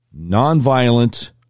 nonviolent